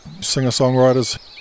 singer-songwriters